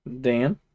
Dan